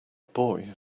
boy